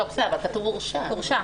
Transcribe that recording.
אבל כתוב "הורשע".